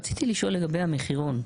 רציתי לשאול לגבי המחירון,